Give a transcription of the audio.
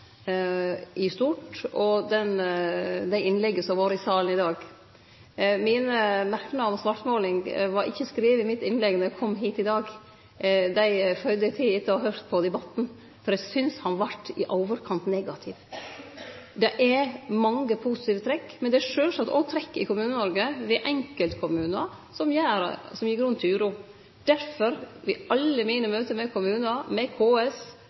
i stort, og det innlegget som har vore i salen i dag. Mine merknader om svartmåling var ikkje skrivne i mitt innlegg då eg kom hit i dag. Dei la eg til etter å ha høyrt på debatten, for eg syntest han var i overkant negativ. Det er mange positive trekk. Men det er sjølvsagt òg trekk i Kommune-Noreg, ved enkeltkommunar, som gir grunn til uro. I alle mine møte med kommunar, med KS,